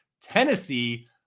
Tennessee